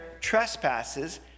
trespasses